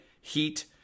heat